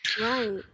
Right